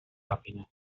happiness